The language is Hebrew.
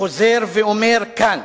וחוזר ואומר, כאן